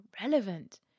relevant